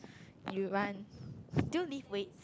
you run do you lift weights